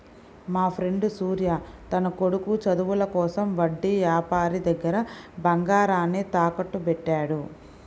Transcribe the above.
మాఫ్రెండు సూర్య తన కొడుకు చదువుల కోసం వడ్డీ యాపారి దగ్గర బంగారాన్ని తాకట్టుబెట్టాడు